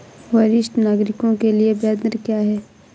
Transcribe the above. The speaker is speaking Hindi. वरिष्ठ नागरिकों के लिए ब्याज दर क्या हैं?